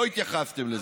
לא התייחסתם לזה.